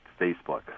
Facebook